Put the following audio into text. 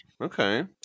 Okay